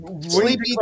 Sleepy